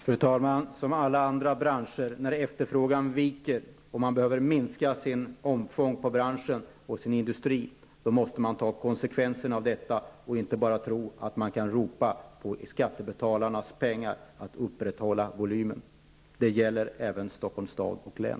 Fru talman! När efterfrågan viker och man behöver minska sitt omfång måste byggnadsbranschen, som alla andra branscher, ta konsekvenserna av detta och inte bara tro att man kan ropa på skattebetalarnas pengar för att upprätthålla volymen. Det gäller även Stockholms stad och län.